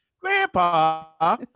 Grandpa